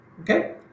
okay